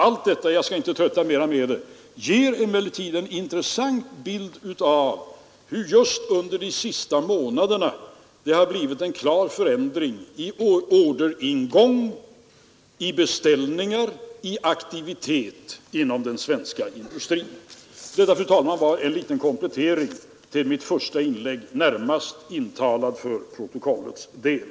Allt detta — jag skall inte trötta kammaren mera med uppräkningar — ger en intressant bild av hur det just under de senaste månaderna har blivit en klar förändring i orderingång, i beställningar och i aktivitet inom den svenska industrin. Detta, fru talman, var en liten komplettering till mitt första inlägg, närmast intalad för protokollets del.